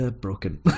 broken